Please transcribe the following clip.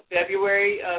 February